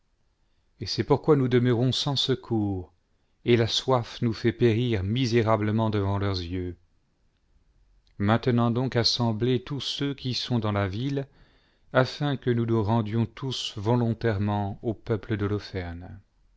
et c'est pourquoi nous demeurons sans secours et la soif nous fait périr misérablement devant leurs yeux maintenant donc assemblez tous ceux qui sont dans la ville afin que nous nous rendions tous volontairement au peuple d'holoferne